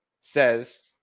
says